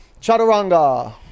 Chaturanga